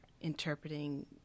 interpreting